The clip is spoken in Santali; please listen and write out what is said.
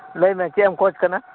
ᱞᱟᱹᱭᱢᱮ ᱪᱮᱫ ᱮᱢᱠᱷᱚᱡ ᱠᱟᱱᱟ